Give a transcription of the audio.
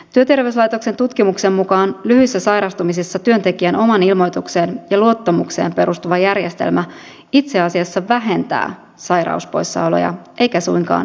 työterveyslaitoksen tutkimuksen mukaan lyhyissä sairastumisissa työntekijän omaan ilmoitukseen ja luottamukseen perustuva järjestelmä itse asiassa vähentää sairauspoissaoloja eikä suinkaan lisää niitä